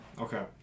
okay